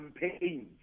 campaigns